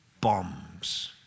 Bombs